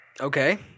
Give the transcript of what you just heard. Okay